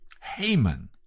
Haman